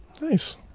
nice